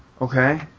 Okay